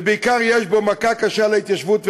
ובעיקר יש בו מכה קשה להתיישבות ולחקלאות.